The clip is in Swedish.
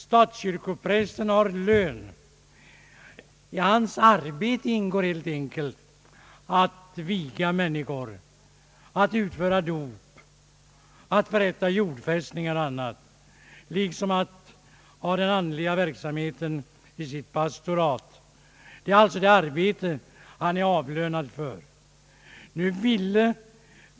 Statskyrkoprästen har lön, och i hans arbete ingår att viga människor, förrätta dop och jordfästningar samt handha den andliga verksamheten i pastoratet.